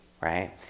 right